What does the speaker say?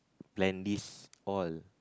plan this all